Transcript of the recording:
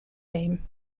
name